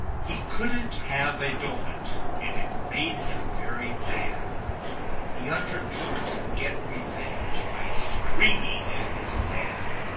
he couldn't have a doughnut, and it made him very mad he undertook to get revenge by screaming at his dad.